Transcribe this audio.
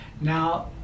now